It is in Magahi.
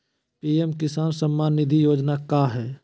पी.एम किसान सम्मान निधि योजना क्या है?